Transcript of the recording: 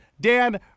Dan